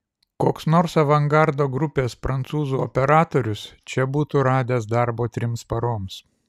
koks nors avangardo grupės prancūzų operatorius čia būtų radęs darbo trims paroms